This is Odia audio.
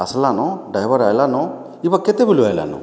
ଆସଲାନୋ ଡ୍ରାଇଭର୍ ଆଇଲାନୋ ଏବେ କେତେବେଲେ ଆଇଲାନୋ